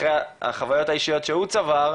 החוויות האישיות שהוא צבר:,